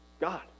God